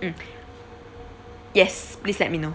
mm yes please let me know